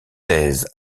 thèse